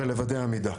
ולוודא עמידה.